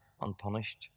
unpunished